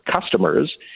customers